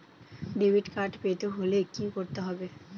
Debit card পেতে হলে কি করতে হবে?